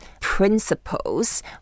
principles